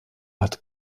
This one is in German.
hat